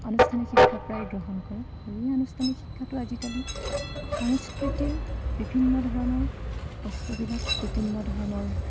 আনুষ্ঠানিক শিক্ষা প্ৰায় গ্ৰহণ কৰে আৰু এই আনুষ্ঠানিক শিক্ষাটো আজিকালি সংস্কৃতিৰ বিভিন্ন ধৰণৰ বস্তুবিলাক বিভিন্ন ধৰণৰ